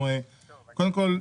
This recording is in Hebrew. קודם כול,